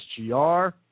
SGR